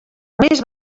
més